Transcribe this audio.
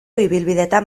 ibilbidetan